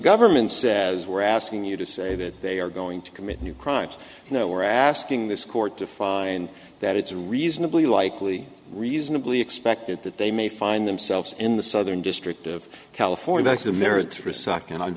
government says we're asking you to say that they are going to commit new crimes you know we're asking this court to find that it's reasonably likely reasonably expected that they may find themselves in the southern district of california